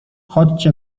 chodźcie